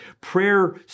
prayer